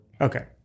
Okay